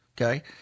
Okay